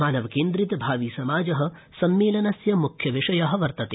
मानवकेन्द्रितभाविसमाज सम्मेलनस्य मुख्यविषय वर्तते